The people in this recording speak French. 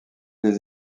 des